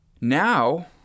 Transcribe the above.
now